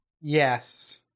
Yes